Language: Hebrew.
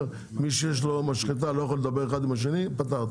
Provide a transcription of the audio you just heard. מי שיש לו משחטה לא יכול לדבר אחד עם השני פתרת.